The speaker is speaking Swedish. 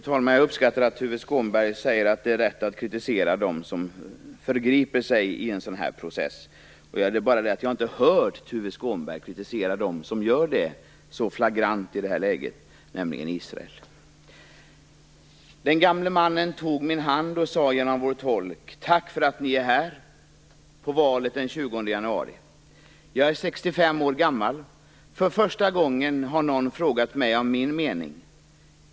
Fru talman! Jag uppskattar att Tuve Skånberg säger att det är rätt att kritisera dem som förgriper sig i en sådan här process. Det är bara det att jag inte har hört Tuve Skånberg kritisera dem som gör det så flagrant i det här läget, nämligen Israel. Den gamle mannen tog min hand och sade genom vår tolk: "Tack för att ni är här på valet den 20 januari. Jag är 65 år gammal. För första gången har någon frågat mig om min mening.